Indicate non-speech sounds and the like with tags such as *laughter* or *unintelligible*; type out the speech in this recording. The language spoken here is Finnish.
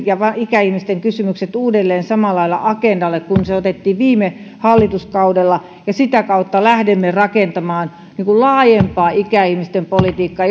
ja ikäihmisten kysymykset uudelleen samalla lailla agendalle kuin se otettiin viime hallituskaudella ja sitä kautta lähtisimme rakentamaan laajempaa ikäihmisten politiikkaa *unintelligible*